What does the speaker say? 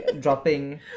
dropping